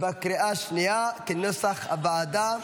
בקריאה שנייה, כנוסח הוועדה.